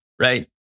right